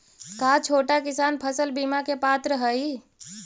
का छोटा किसान फसल बीमा के पात्र हई?